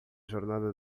jornada